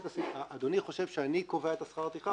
אדוני חושב שאני קובע את שכר הטרחה.